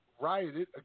rioted